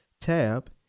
tab